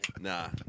Nah